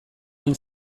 hain